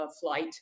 flight